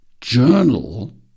journal